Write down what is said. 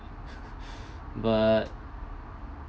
but